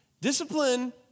Discipline